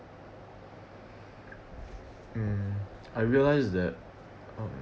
mm I realise that um